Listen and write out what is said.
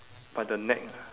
by the neck lah